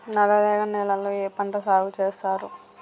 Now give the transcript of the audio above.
నల్లరేగడి నేలల్లో ఏ పంట సాగు చేస్తారు?